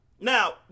Now